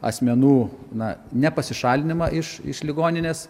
asmenų na ne pasišalinimą iš iš ligoninės